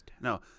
No